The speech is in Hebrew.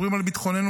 מאירועים ביטחוניים,